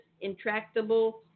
intractable